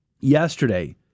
Yesterday